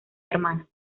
hermanas